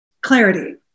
clarity